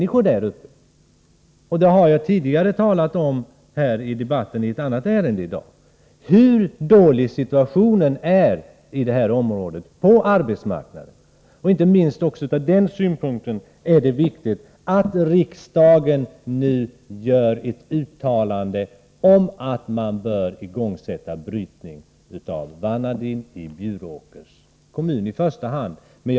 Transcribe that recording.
I ett annat ärende i dag har jag talat om hur svår situationen är på arbetsmarknaden. Inte minst från denna synpunkt är det viktigt att riksdagen nu gör ett uttalande om att brytning av vanadin bör igångsättas i första hand i Bjuråkers kommun.